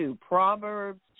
Proverbs